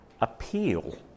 appeal